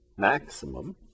maximum